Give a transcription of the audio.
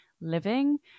living